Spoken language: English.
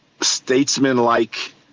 statesman-like